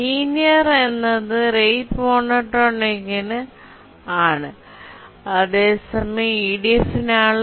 linear എന്നത് rate മോനോടോണിക്കിന് ആണ് അതേസമയം ഇഡിഎഫിനായുള്ള log n